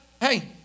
Hey